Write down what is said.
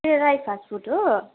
यो राई फास्टफुड हो